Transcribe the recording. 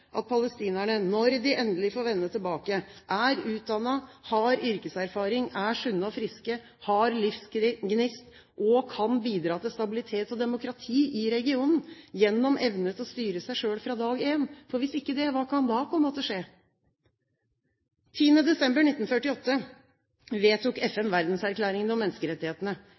at palestinerne, når de endelig får vende tilbake, er utdannet, har yrkeserfaring, er sunne og friske, har livsgnist og kan bidra til stabilitet og demokrati i regionen gjennom evne til å styre seg selv fra dag én. Hvis ikke, hva kan da komme til å skje? 10. desember 1948 vedtok FN Verdenserklæringen om menneskerettighetene.